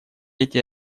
эти